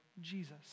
Jesus